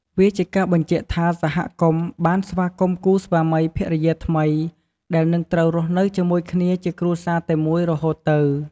វាជាការបញ្ជាក់ថាសហគមន៍បានស្វាគមន៍គូស្វាមីភរិយាថ្មីដែលនឹងត្រូវរស់នៅជាមួយគ្នាជាគ្រួសារតែមួយរហូតទៅ។